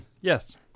Yes